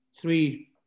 three